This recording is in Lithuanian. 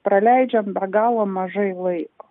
praleidžiame be galo mažai laiko